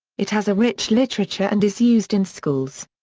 it has a rich literature and is used in schools.